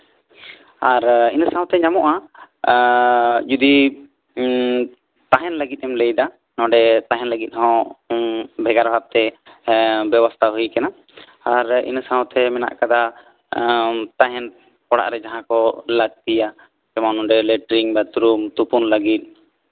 ᱟᱨ ᱤᱱᱟᱹ ᱥᱟᱶᱛᱮ ᱧᱟᱢᱚᱜᱼᱟ ᱡᱚᱫᱤ ᱛᱟᱦᱮᱱ ᱞᱟᱹᱜᱤᱫ ᱮᱢ ᱞᱟᱹᱭᱫᱟ ᱱᱚᱰᱮ ᱛᱟᱦᱮᱱ ᱞᱟᱹᱜᱤᱫ ᱦᱚᱸ ᱵᱷᱮᱜᱟᱨ ᱵᱷᱟᱵᱛᱮ ᱵᱮᱵᱚᱥᱛᱷᱟ ᱦᱩᱭ ᱠᱟᱱᱟ ᱟᱨ ᱤᱱᱟᱹ ᱥᱟᱶᱛᱮ ᱢᱮᱱᱟᱜ ᱠᱟᱫᱟ ᱛᱟᱦᱮᱱ ᱠᱚᱣᱟᱜ ᱡᱟᱸᱦᱟ ᱠᱚ ᱞᱟᱹᱠᱛᱤᱭᱟ ᱞᱮᱴᱨᱤᱝ ᱵᱟᱛᱦᱨᱩᱢ ᱛᱩᱯᱩᱱ ᱞᱟᱹᱜᱤᱫ